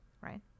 right